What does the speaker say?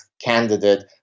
candidate